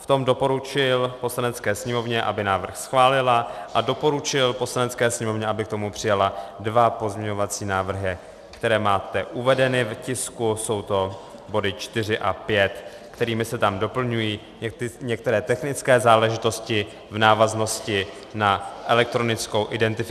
V tom doporučil Poslanecké sněmovně, aby návrh schválila, a doporučil Poslanecké sněmovně, aby k tomu přijala dva pozměňovací návrhy, které máte uvedeny v tisku, jsou to body 4 a 5, kterými se tam doplňují některé technické záležitosti v návaznosti na elektronickou identifikaci.